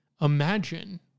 imagine